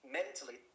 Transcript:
mentally